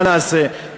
מה נעשה,